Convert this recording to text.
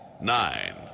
nine